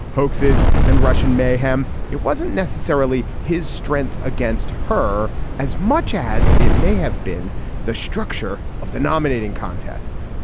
hoaxes and russian mayhem. it wasn't necessarily his strength against her as much as it may have been the structure of the nominating contests.